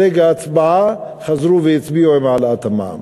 ברגע ההצבעה חזרו והצביעו עם העלאת המע"מ.